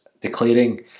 declaring